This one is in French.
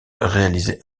réalisé